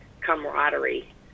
camaraderie